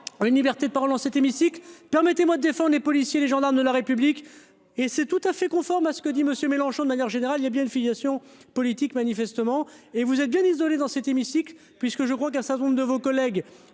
une liberté de parole dans cet hémicycle, permettez-moi d'défend les policiers, les gendarmes de la République et c'est tout à fait conforme à ce que dit monsieur Mélenchon, de manière générale, il y a bien une filiation politique manifestement et vous êtes bien isolée dans cet hémicycle, puisque je crois qu'un certain nombre de vos collègues